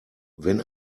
wenn